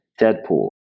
Deadpool